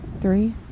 Three